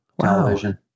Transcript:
Television